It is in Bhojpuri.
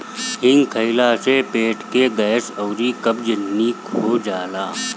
हिंग खइला से पेट के गैस अउरी कब्ज निक हो जाला